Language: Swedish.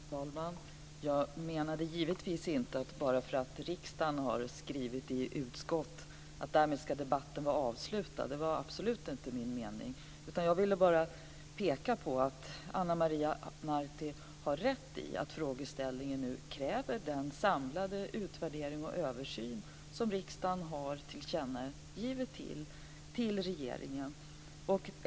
Fru talman! Jag menade givetvis inte att debatten ska vara avslutad i och med en utskottsskrivning i riksdagen - det var absolut inte meningen - utan jag ville bara peka på att Ana Maria Narti har rätt i att denna frågeställning nu kräver den samlade utvärdering och översyn som riksdagen har gjort ett tillkännagivande om till regeringen.